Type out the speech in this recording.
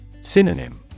Synonym